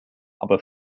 aber